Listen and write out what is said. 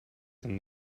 than